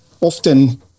often